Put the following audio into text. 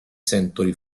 century